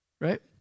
right